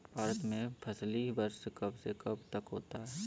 भारत में फसली वर्ष कब से कब तक होता है?